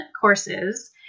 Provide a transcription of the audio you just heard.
courses